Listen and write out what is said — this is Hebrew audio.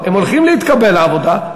הם הולכים להתקבל לעבודה,